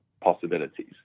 possibilities